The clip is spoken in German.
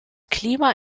klima